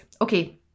okay